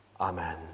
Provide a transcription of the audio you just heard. Amen